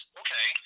okay